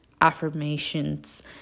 affirmations